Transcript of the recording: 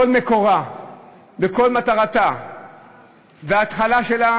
כל מקורה וכל מטרתה וההתחלה שלה